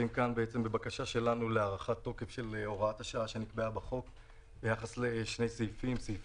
זו בקשה שלנו להארכת התוקף של הוראת השעה ביחס לסעיפים